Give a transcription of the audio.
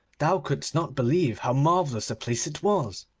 thou couldst not believe how marvellous a place it was.